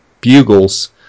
bugles